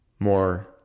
more